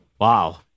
Wow